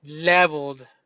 leveled